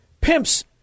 pimps